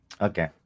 Okay